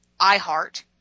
iHeart